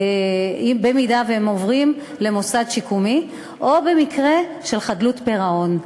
במקרה שהם עוברים למוסד שיקומי או במקרה של חדלות פירעון?